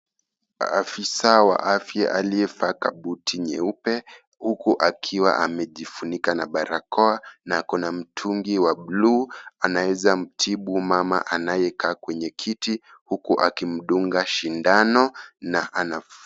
Afisaa wa afya aliyevaa kabuti nyeupe huku akiwa amejifunika na barakoa na ako na mtungi wa bulu anaweza mtibu mama anayekaa kwenye kiti huku akimdunga shindano na ...